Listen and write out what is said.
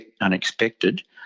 unexpected